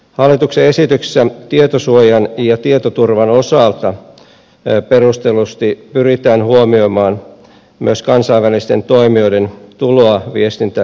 hallituksen esityksessä tietosuojan ja tietoturvan osalta perustellusti pyritään huomioimaan myös kansainvälisten toimijoiden tuloa viestintämarkkinoillemme